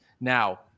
now